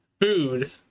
food